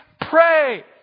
pray